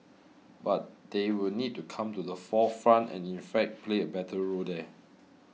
but they will need to come to the forefront and in fact play a better role there